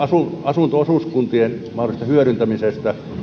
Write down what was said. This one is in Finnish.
asunto osuuskuntien mahdollisesta hyödyntämisestä